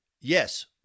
Yes